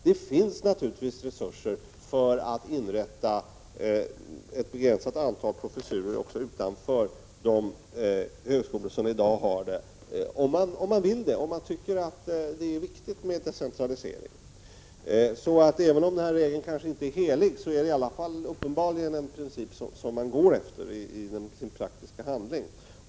Det finns naturligtvis resurser för att inrätta ett begränsat antal professurer också utanför de högskolor som i dag har sådana. Det är bara fråga om huruvida man vill göra det och tycker att det är viktigt med decentralisering. Även om den här regeln kanske inte är helig, är den alltså uppenbarligen en princip som regeringen följer i sin praktiska handling.